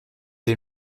est